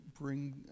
bring